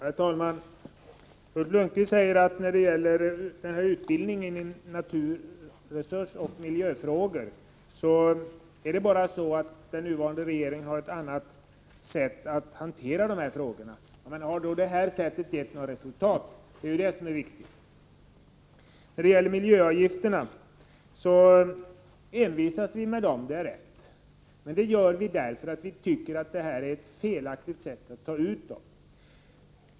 Herr talman! Ulf Lönnqvist säger när det gäller utbildningen i naturresursoch miljöfrågor att den nuvarande regeringen har ett annat sätt att hantera frågorna. Har då detta sätt gett några resultat? Det är det som är viktigt. Beträffande miljöavgifterna envisas vi med dem, det är riktigt. Det gör vi därför att vi tycker att detta är ett felaktigt sätt att ta ut dem.